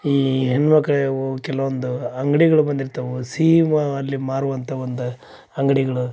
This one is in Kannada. ಈ ಹೆಣ್ಣುಮಕ್ಳ ಕೆಲವೊಂದು ಅಂಗ್ಡಿಗಳು ಬಂದಿರ್ತವೆ ಸಿಹಿ ಮಾ ಅಲ್ಲಿ ಮಾರುವಂಥ ಒಂದು ಅಂಗಡಿಗಳು